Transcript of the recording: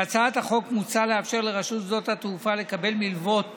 בהצעת החוק מוצע לאפשר לרשות שדות התעופה לקבל מלוות